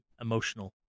emotional